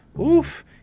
oof